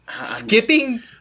Skipping